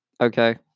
okay